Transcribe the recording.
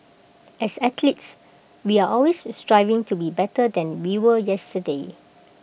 as athletes we are always striving to be better than we were yesterday